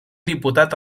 diputat